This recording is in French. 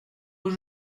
aux